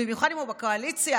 במיוחד אם הוא בקואליציה,